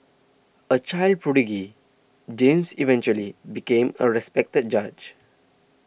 a child prodigy James eventually became a respected judge